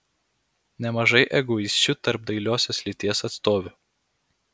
nemažai egoisčių tarp dailiosios lyties atstovių